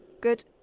Good